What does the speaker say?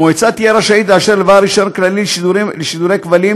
המועצה תהיה רשאית לאשר לבעל רישיון כללי לשידורי כבלים